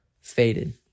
faded